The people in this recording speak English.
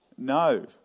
no